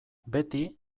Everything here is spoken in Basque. beti